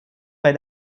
bei